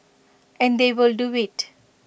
and they will do IT